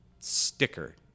sticker